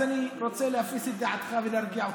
אז אני רוצה להפיס את דעתך ולהרגיע אותך: